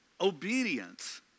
obedience